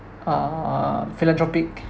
err philanthropic